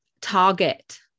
target